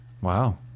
Wow